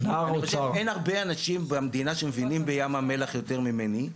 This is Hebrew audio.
אין הרבה אנשים במדינה שמבינים בים המלח יותר ממניע,